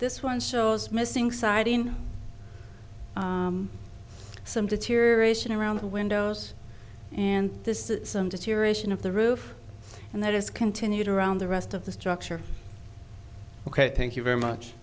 this one shows missing side in some deterioration around the windows and this is some deterioration of the roof and that has continued around the rest of the structure ok thank you very much